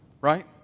right